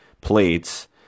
plates